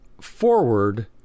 forward